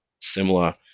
similar